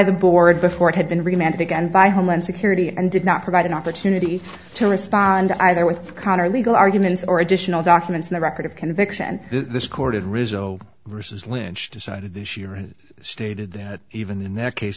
the board before it had been remanded again by homeland security and did not provide an opportunity to respond either with conner legal arguments or additional documents in the record of conviction this chorded rizzo versus lynch decided this year and stated that even in that case